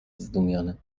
zdumiony